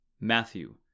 Matthew